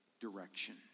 direction